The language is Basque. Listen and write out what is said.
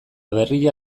berria